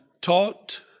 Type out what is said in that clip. taught